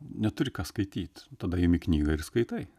neturi ką skaityt tada imi knygą ir skaitai